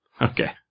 Okay